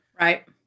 right